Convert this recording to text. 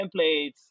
templates